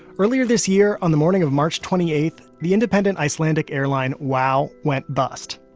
earlier this year, on the morning of march twenty eight, the independent icelandic airline wow went bust.